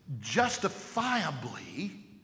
justifiably